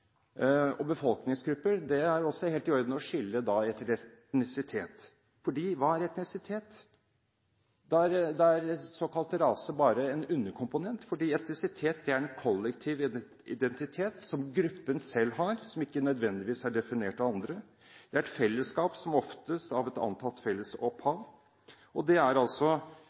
planlegger. Befolkningsgrupper er det også helt i orden å skille etter etnisitet – for hva er etnisitet? Da er såkalt rase bare en underkomponent, fordi etnisitet er en kollektiv identitet som gruppen selv har, og som ikke nødvendigvis er definert av andre. Det er et fellesskap, som oftest av et antatt felles opphav, og det er